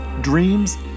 dreams